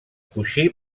coixí